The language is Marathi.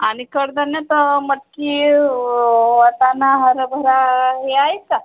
आणि कडधान्यात मटकी वाटाणा हरभरा हे आहेत का